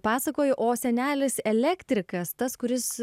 pasakoji o senelis elektrikas tas kuris